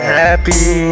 happy